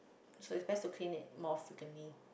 so it's best to clean it more frequently